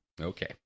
Okay